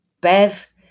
Bev